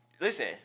listen